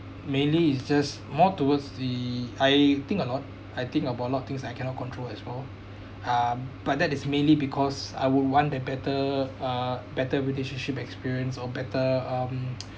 mainly it's just more towards the I think a lot I think about a lot of things I cannot control as well um but that is mainly because I would want a better uh better relationship experience or better um